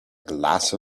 glass